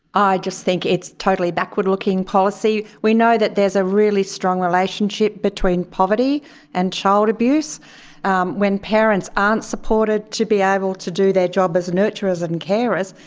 i just think it's totally backward-looking policy. we know that there's a really strong relationship between poverty and child abuse um when parents aren't supported to be able to do their job as nurturers and carers,